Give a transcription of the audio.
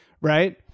right